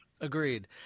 Agreed